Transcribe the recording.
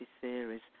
theories